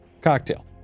cocktail